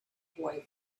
boy